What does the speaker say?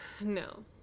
No